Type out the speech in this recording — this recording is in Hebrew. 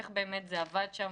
איך זה באמת עבד שם.